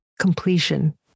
completion